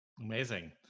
Amazing